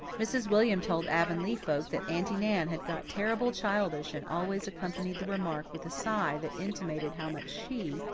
mrs. william told avonlea folk that aunty nan had got terribly childish and always accompanied the remark with a sigh that intimated how much she,